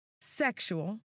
Sexual